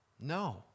No